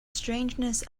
strangeness